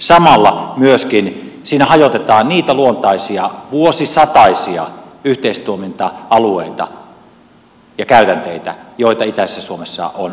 samalla myöskin siinä hajotetaan niitä luontaisia vuosisataisia yhteistoiminta alueita ja käytänteitä joita itäisessä suomessa on ollut